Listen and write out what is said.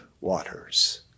waters